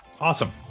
awesome